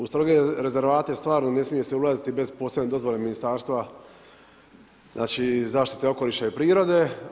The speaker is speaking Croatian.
U stroge rezervate, stvarno ne smije se ulaziti bez posebne dozvole Ministarstva zaštite okoliša i prirode.